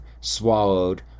swallowed